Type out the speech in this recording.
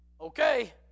Okay